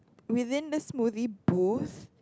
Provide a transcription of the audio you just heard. within the smoothie booth